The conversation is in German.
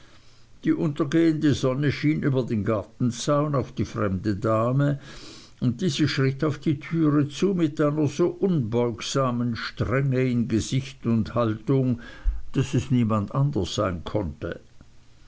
die untergehende sonne schien über den gartenzaun auf die fremde dame und diese schritt auf die türe zu mit einer so unbeugsamen strenge in gesicht und haltung daß es niemand anders sein konnte